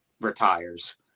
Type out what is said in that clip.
retires